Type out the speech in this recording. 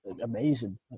amazing